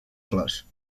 flors